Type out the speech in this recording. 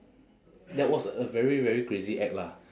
that was a very very crazy act lah